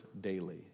daily